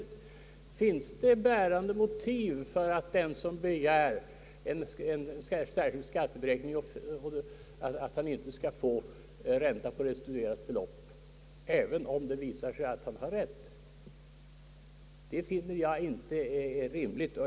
Finns det då något bärande motiv för att den, som begär särskild skatteberäkning, inte skall få ränta på restituerat belopp även om det visar sig att han har rätt? Jag kan inte finna att det är rimligt.